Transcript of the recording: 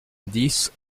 dix